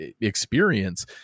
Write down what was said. experience